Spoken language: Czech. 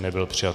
Nebyl přijat.